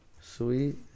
Sweet